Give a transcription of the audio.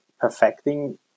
perfecting